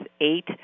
eight